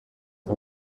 dem